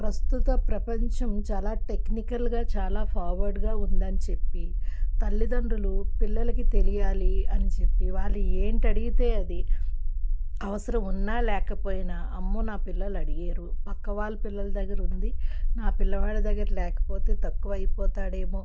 ప్రస్తుత ప్రపంచం చాలా టెక్నికల్గా చాలా ఫార్వర్డ్గా ఉందని చెప్పి తల్లిదండ్రులు పిల్లలకి తెలియాలి అని చెప్పి వాళ్ళు ఏంటి అడిగితే అది అవసరం ఉన్నా లేకపోయినా అమ్మో నా పిల్లలు అడిగారు పక్క వాళ్ళ పిల్లల దగ్గర ఉంది నా పిల్లవాడి దగ్గర లేకపోతే తక్కువ అయిపోతాడేమో